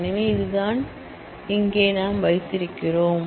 எனவே இதுதான் இங்கே நாம் வைத்திருக்கிறோம்